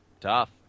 tough